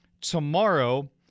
tomorrow